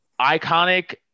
iconic